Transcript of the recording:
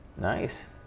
Nice